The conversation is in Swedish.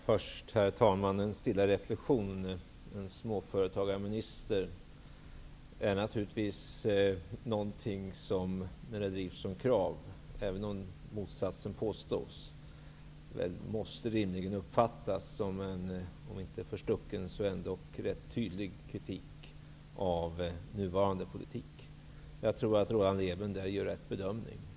Herr talman! Först en stilla reflexion. Förslaget om en småföretagarminister måste naturligtvis, även om motsatsen hävdas, rimligen uppfattas som en om inte förstucken så ändå rätt tydlig kritik av nuvarande politik. Jag tror att Roland Lében gör en riktig bedömning.